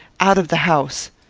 out of the house.